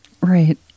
Right